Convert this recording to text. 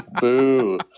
Boo